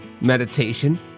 meditation